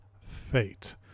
Fate